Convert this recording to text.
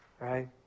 Right